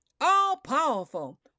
all-powerful